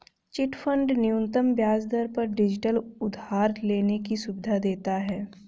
chit fund न्यूनतम ब्याज दर पर डिजिटल उधार लेने की सुविधा देता है